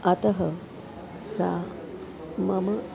अतः सा मम